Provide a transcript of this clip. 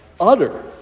utter